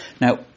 Now